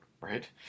right